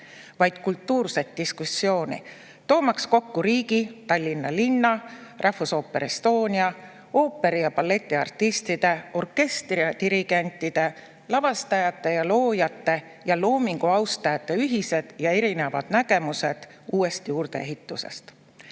vaid kultuurset diskussiooni, toomaks kokku riigi, Tallinna linna, Rahvusooper Estonia, ooperi‑ ja balletiartistide, orkestri ja dirigentide, lavastajate ja loojate ning loomingu austajate ühised ja erinevad nägemused uuest juurdeehitusest.